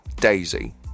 Daisy